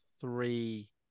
three